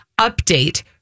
update